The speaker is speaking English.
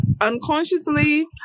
unconsciously